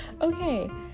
okay